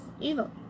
evil